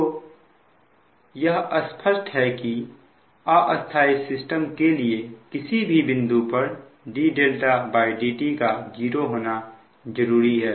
तो यह स्पष्ट है कि अस्थाई सिस्टम के लिए किसी बिंदु पर ddt का 0 होना जरूरी है